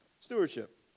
Stewardship